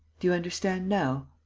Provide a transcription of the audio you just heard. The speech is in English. do you understand now?